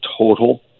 total